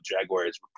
Jaguars